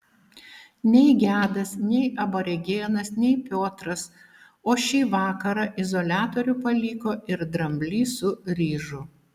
nei gedas nei aborigenas nei piotras o šį vakarą izoliatorių paliko ir dramblys su ryžu